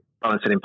balancing